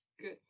Good